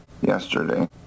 yesterday